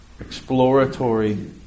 exploratory